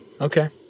Okay